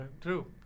True